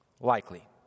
likely